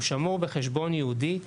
הוא שמור בחשבון ייעודי,